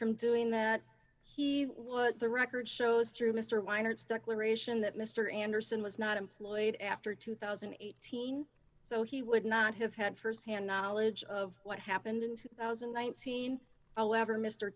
from doing that he would the record shows through mr weiner its declaration that mr anderson was not employed after two thousand and eighteen so he would not have had firsthand knowledge of what happened in two thousand and nineteen a lever mr